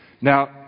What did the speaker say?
Now